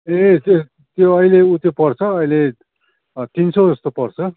ए त्यो त्यो अहिले उ त्यो पर्छ अहिले तिन सयजस्तो पर्छ